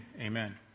amen